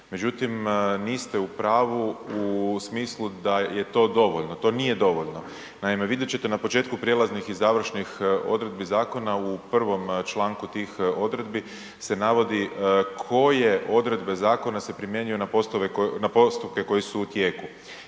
međutim niste u pravu u smislu da je to dovoljno, to nije dovoljno. Naime, vidjet ćete na početku prijelaznih i završnih odredbi zakona, u 1. članku tih odredbi se navodi koje odredbe zakona se primjenjuju na postupke koji su u tijeku